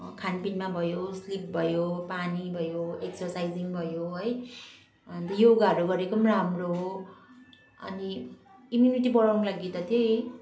खानपिनमा भयो स्लिप भयो पानी भयो एक्ससाइजिङ भयो है अनि त योगाहरू पनि गरेको पनि राम्रो हो अनि इम्युनिटी बढाउनको लागि त्यही